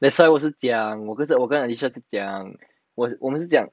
that's why 我是讲我跟着我跟 alicia 讲我们是这样